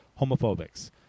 homophobics